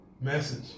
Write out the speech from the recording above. Message